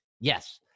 Yes